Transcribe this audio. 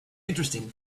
interesting